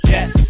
Yes